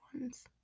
ones